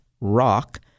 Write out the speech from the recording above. rock